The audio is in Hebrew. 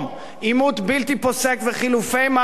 עימות בלתי פוסק וחילופי מהלומות,